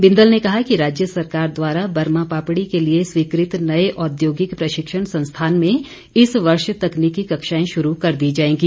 बिंदल ने कहा कि राज्य सरकार द्वारा बर्मा पापड़ी के लिए स्वीकृत नए औद्योगिक प्रशिक्षण संस्थान में इस वर्ष तकनीकी कक्षाएं शुरू कर दी जाएंगी